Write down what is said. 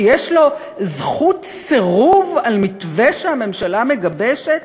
שיש לו זכות סירוב על מתווה שהממשלה מגבשת?